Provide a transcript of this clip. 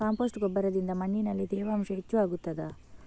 Compost ಗೊಬ್ಬರದಿಂದ ಮಣ್ಣಿನಲ್ಲಿ ತೇವಾಂಶ ಹೆಚ್ಚು ಆಗುತ್ತದಾ?